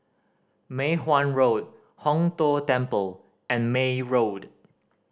Mei Hwan Road Hong Tho Temple and May Road